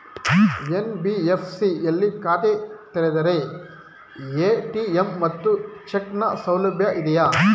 NBFC ಯಲ್ಲಿ ಖಾತೆ ತೆರೆದರೆ ಎ.ಟಿ.ಎಂ ಮತ್ತು ಚೆಕ್ ನ ಸೌಲಭ್ಯ ಇದೆಯಾ?